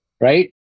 right